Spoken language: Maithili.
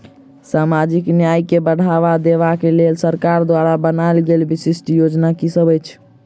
सामाजिक न्याय केँ बढ़ाबा देबा केँ लेल सरकार द्वारा बनावल गेल विशिष्ट योजना की सब अछि?